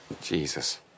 Jesus